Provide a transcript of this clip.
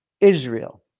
Israel